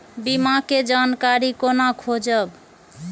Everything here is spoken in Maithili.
बीमा के जानकारी कोना खोजब?